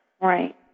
Right